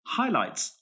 highlights